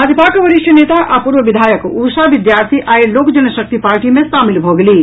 भाजपाक वरिष्ठ नेता आ पूर्व विधायक उषा विद्यार्थी आइ लोक जनशक्ति पार्टी मे शामिल भऽ गेलीह